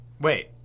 Wait